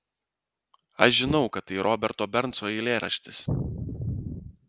aš žinau kad tai roberto bernso eilėraštis